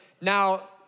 now